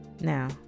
Now